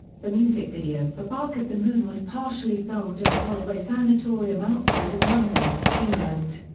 the music video for bark at the moon was partially filmed at the holloway sanitorium outside of london, england.